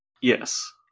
Yes